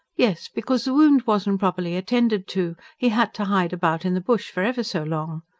yes, because the wound wasn't properly attended to he had to hide about in the bush, for ever so long.